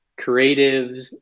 creatives